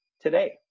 today